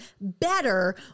better